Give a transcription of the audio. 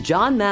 John